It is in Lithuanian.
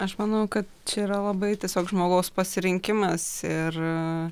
aš manau kad čia yra labai tiesiog žmogaus pasirinkimas ir